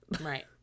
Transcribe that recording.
right